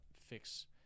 fix